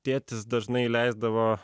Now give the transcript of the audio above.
tėtis dažnai leisdavo